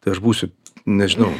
tai aš būsiu nežinau